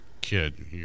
kid